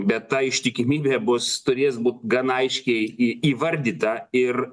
bet ta ištikimybė bus turės būt gana aiškiai į įvardyta ir